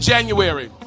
January